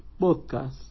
podcast